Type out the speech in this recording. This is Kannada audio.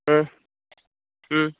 ಹಾಂ ಹ್ಞೂ